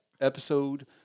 Episode